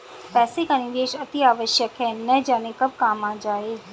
पैसे का निवेश अतिआवश्यक है, न जाने कब काम आ जाए